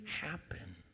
happen